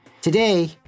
Today